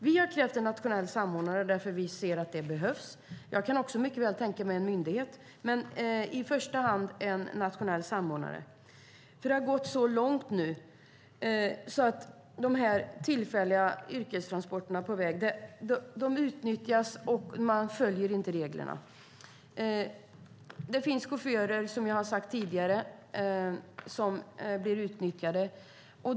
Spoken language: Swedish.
Vi har krävt en nationell samordnare eftersom vi ser att det behövs. Jag kan också mycket väl tänka mig en myndighet, men i första hand ska det vara en nationell samordnare. Det har nämligen gått så långt att de tillfälliga yrkestransporterna på väg utnyttjas. Man följer inte reglerna. Det finns som jag har sagt tidigare chaufförer som blir utnyttjade.